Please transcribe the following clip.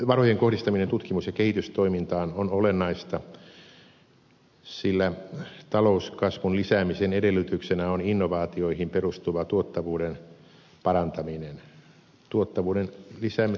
varojen kohdistaminen tutkimus ja kehitystoimintaan on olennaista sillä talouskasvun lisäämisen edellytyksenä on innovaatioihin perustuva tuottavuuden parantaminen